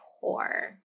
core